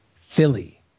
Philly